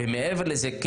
מעבר לזה,